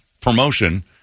promotion